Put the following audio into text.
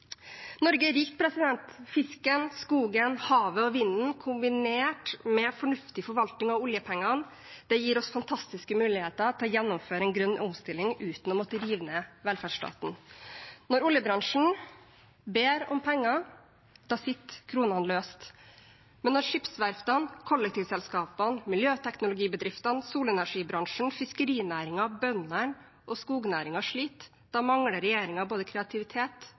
Norge er rikt. Fisken, skogen, havet og vinden – kombinert med fornuftig forvaltning av oljepengene – gir oss fantastiske muligheter til å gjennomføre en grønn omstilling uten å måtte rive ned velferdsstaten. Når oljebransjen ber om penger, sitter kronene løst. Men når skipsverftene, kollektivselskapene, miljøteknologibedriftene, solenergibransjen, fiskerinæringen, bøndene og skognæringen sliter, da mangler regjeringen både kreativitet